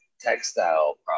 Textile